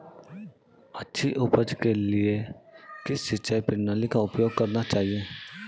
अच्छी उपज के लिए किस सिंचाई प्रणाली का उपयोग करना चाहिए?